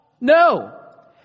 No